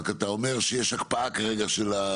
רק אתה אומר שיש הקפאה של ה-M1,